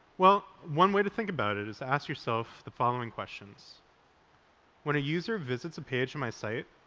well, one way to think about it is ask yourself the following questions when a user visits a page on my site,